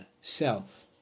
self